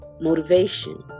Motivation